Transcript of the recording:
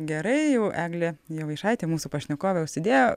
gerai jau eglė jovaišaitė mūsų pašnekovė užsidėjo